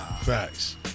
Facts